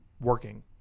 working